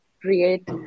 create